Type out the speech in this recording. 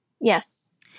Yes